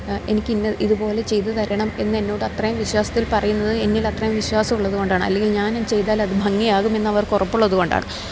എനിക്ക് ഇന്ന് ഇതുപോലെ ചെയ്ത് തരണം എന്ന എന്നോട് അത്രയും വിശ്വാസത്തിൽ പറയുന്നത് എന്നിൽ അത്രയും വിശ്വാസം ഉള്ളത് കൊണ്ടാണ് അല്ലെങ്കില് ഞാനും ചെയ്താൽ അത് ഭംഗിയാകും എന്ന് അവർക്ക് ഉറപ്പുള്ളത് കൊണ്ടാണ്